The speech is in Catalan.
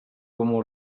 comú